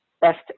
best